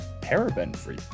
paraben-free